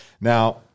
Now